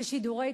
ששידורים,